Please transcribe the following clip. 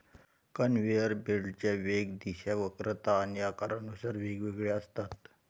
conveyor बेल्टच्या वेग, दिशा, वक्रता आणि आकारानुसार वेगवेगळ्या असतात